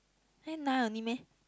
then nine only meh